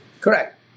Correct